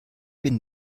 bin